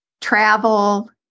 travel